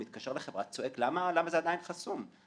מתקשר לחברה, צועק למה זה עדיין חסום?